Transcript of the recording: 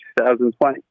2020